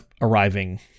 arriving